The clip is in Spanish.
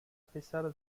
pesar